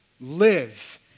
live